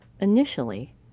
initially